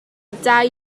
dau